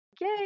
yay